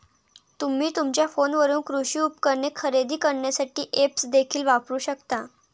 तुम्ही तुमच्या फोनवरून कृषी उपकरणे खरेदी करण्यासाठी ऐप्स देखील वापरू शकता